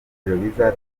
bizatangira